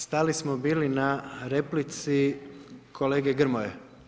Stali smo bili na replici kolege Grmoje.